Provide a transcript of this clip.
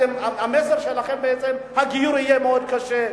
המסר שלכם בעצם: הגיור יהיה מאוד קשה,